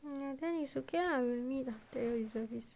um then it's okay lah we will meet after reservist